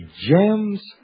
gems